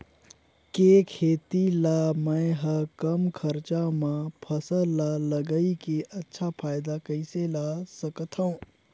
के खेती ला मै ह कम खरचा मा फसल ला लगई के अच्छा फायदा कइसे ला सकथव?